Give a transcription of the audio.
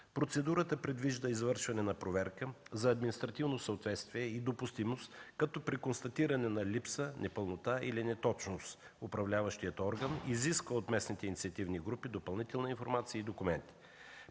Процедурата предвижда извършване на проверка за административно съответствие и допустимост, като при констатиране на липса, непълнота или неточност управляващият орган изисква от местните инициативни групи допълнителна информация и документи.